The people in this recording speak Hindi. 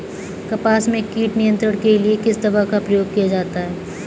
कपास में कीट नियंत्रण के लिए किस दवा का प्रयोग किया जाता है?